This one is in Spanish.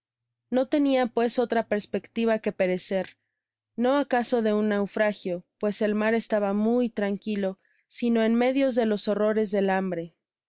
no tenia pues otra perepectiva que perecer no acaso de un naufragio pues el mar estaba muy tranquilo sino en medio de los horrores del hambre